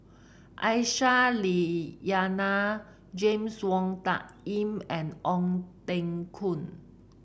Aisyah Lyana James Wong Tuck Yim and Ong Teng Koon